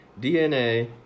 DNA